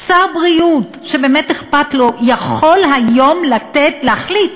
שר בריאות שבאמת אכפת לו יכול היום להחליט